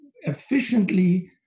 efficiently